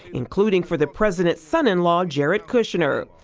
including for the president's son-in-law jared kushner.